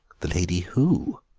the lady who?